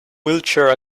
wheelchair